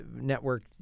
network